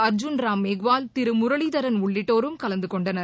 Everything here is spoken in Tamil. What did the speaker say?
அர்ஜுன்ராம் மெக்வால் திரு முரளிதரன் உள்ளிட்டோரும் கலந்துகொண்டனர்